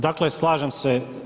Dakle, slažem se.